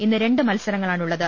ഇന്ന് രണ്ട് മത്സരങ്ങളാണുള്ളത്